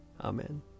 Amen